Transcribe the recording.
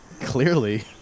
Clearly